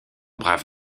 brave